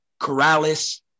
Corrales